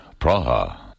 Praha